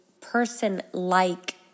person-like